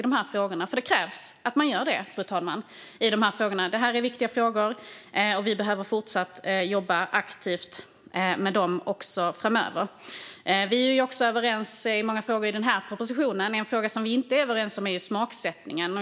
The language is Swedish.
Det krävs nämligen att man gör det, fru talman, på det här området. Detta är viktiga frågor, och vi behöver jobba aktivt med dem också framöver. Vi är också överens i många frågor i propositionen. En fråga vi inte är överens om är smaksättningen.